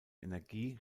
energie